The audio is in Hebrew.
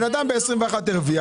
אדם הרוויח ב-2021,